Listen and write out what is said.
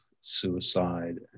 suicide